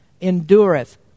endureth